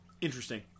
interesting